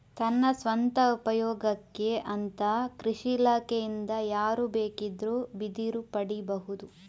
ತನ್ನ ಸ್ವಂತ ಉಪಯೋಗಕ್ಕೆ ಅಂತ ಕೃಷಿ ಇಲಾಖೆಯಿಂದ ಯಾರು ಬೇಕಿದ್ರೂ ಬಿದಿರು ಪಡೀಬಹುದು